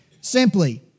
simply